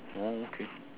mm okay